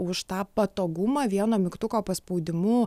už tą patogumą vieno mygtuko paspaudimu